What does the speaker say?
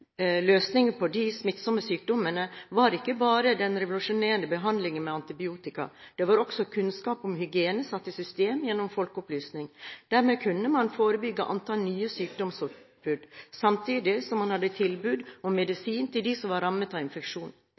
Løsningen på de smittsomme sykdommene var ikke bare den revolusjonerende behandlingen med antibiotika. Det var også kunnskap om hygiene, satt i system gjennom folkeopplysning. Dermed kunne man forebygge antallet nye sykdomsutbrudd, samtidig som man hadde et tilbud om medisin til dem som var rammet av